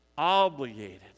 obligated